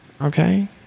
okay